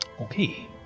okay